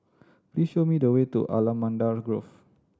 please show me the way to Allamanda Grove